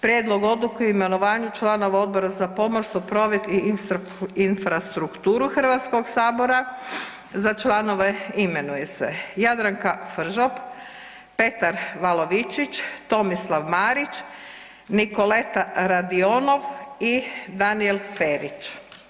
Prijedlog odluke o imenovanju članova Odbora za pomorstvo, promet i infrastrukturu Hrvatskog sabora, za članove imenuje se Jadranka Fržop, Petar Valovičić, Tomislav Marić, Nikoleta Radionov i Danijel Ferić.